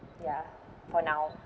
yeah for now